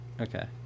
Okay